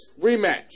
rematch